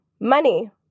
money